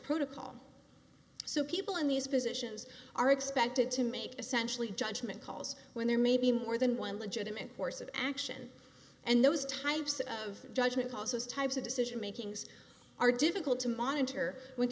protocol so people in these positions are expected to make essentially judgement calls when there may be more than one legitimate course of action and those types of judgment calls those types of decision making are difficult to monitor when